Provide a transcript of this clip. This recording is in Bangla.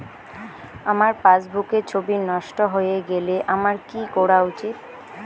আমার পাসবুকের ছবি নষ্ট হয়ে গেলে আমার কী করা উচিৎ?